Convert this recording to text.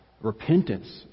repentance